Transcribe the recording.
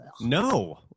No